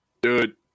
Dude